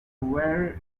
where